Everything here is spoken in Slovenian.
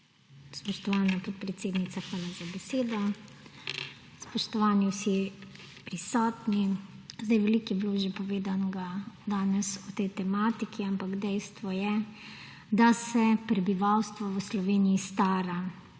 Spoštovani vsi prisotni! Že veliko je bilo povedanega danes o tej tematiki, ampak dejstvo je, da se prebivalstvo v Sloveniji stara,